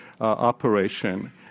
operation